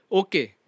okay